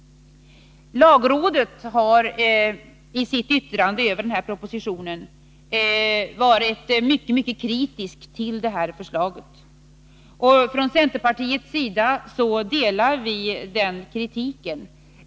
Lagrådet har i sitt yttrande över propositionen varit mycket kritiskt till detta förslag. Från centerpartiets sida instämmer vi i den kritiken.